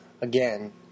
again